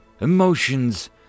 emotions